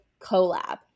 collab